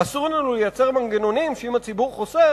אסור לנו לייצר מנגנונים שאם הציבור חוסך,